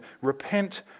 Repent